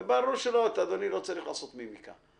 וברור שלא, אדוני לא צריך לעשות מימיקה,